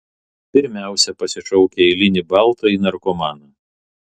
pirmiausia pasišauki eilinį baltąjį narkomaną